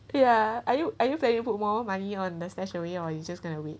ya are you are you are you put more money on the stash away or you just going to wait